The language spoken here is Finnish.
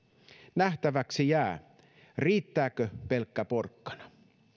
nähtäväksi jää riittääkö pelkkä porkkana